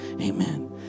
Amen